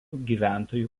gyventojų